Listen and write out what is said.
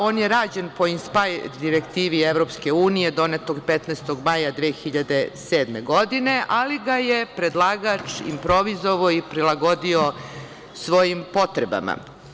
On je rađen po direktivi EU, donete 15. maja 2007. godine, ali ga je predlagač improvizovao i prilagodio svojim potrebama.